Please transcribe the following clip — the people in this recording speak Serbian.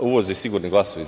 uvoze sigurni glasovi